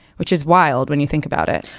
which is wild when you think about it